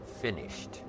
finished